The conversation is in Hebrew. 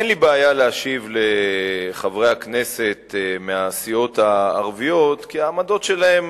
אין לי בעיה להשיב לחברי הכנסת מהסיעות הערביות כי העמדות שלהן